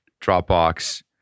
Dropbox